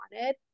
wanted